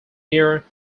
near